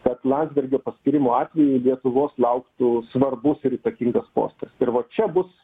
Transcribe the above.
kad landsbergio paskyrimo atveju lietuvos lauktų svarbus ir įtakingas postas ir va čia bus